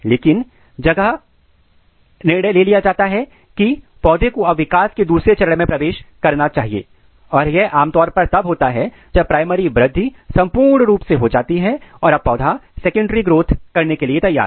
लेकिन जगह निर्णय ले लिया जाता है की पौधे को अब विकास के दूसरे चरण में प्रवेश करना चाहिए और यह आमतौर पर तब होता है जब प्राइमरी वृद्धि संपूर्ण रुप से हो जाती है ताकि अब पौधा सेकेंडरी ग्रोथ कर सकें